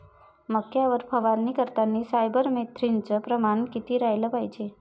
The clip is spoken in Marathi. मक्यावर फवारनी करतांनी सायफर मेथ्रीनचं प्रमान किती रायलं पायजे?